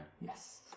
Yes